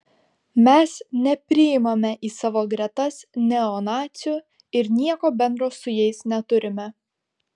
mes nepriimame į savo gretas neonacių ir nieko bendro su jais neturime